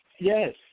Yes